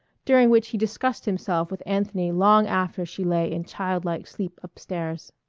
during which he discussed himself with anthony long after she lay in childlike sleep up-stairs.